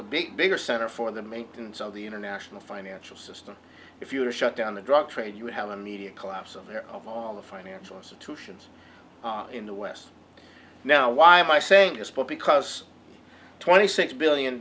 the big bigger center for the maintenance of the international financial system if you shut down the drug trade you have an immediate collapse of the of all the financial institutions in the west now why am i saying just because twenty six billion